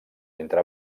entre